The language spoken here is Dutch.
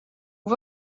hoe